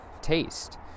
taste